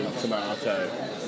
tomato